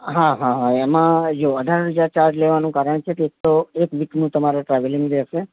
હા હા હા એમાં જો અઢાર હજાર ચાર્જ લેવાનું કારણ છે કે એક તો એક વિકનું તમારે ટ્રાવેલિંગ રહેશે